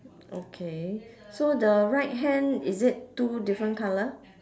okay so the right hand is it two different colour